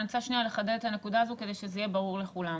אני רוצה לחדד את הנקודה הזו כדי שזה יהיה ברור לכולם.